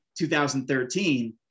2013